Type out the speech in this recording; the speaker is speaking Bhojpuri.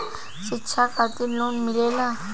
शिक्षा खातिन लोन मिलेला?